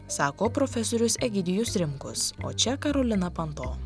sako profesorius egidijus rimkus o čia karolina panto